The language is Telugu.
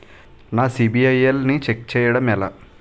నా సిబిఐఎల్ ని ఛెక్ చేయడం ఎలా?